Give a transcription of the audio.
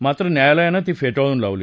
मात्र न्यायालयानं ती फेटाळून लावली